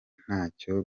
ntacyo